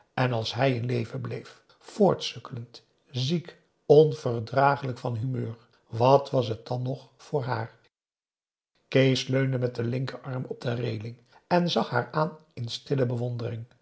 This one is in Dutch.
en als hij in leven bleef voortsukkelend ziek onverdraaglijk van humeur wat was het dan nog voor haar kees leunde met den linkerarm op de reeling en zag haar aan in stille bewondering